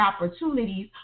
opportunities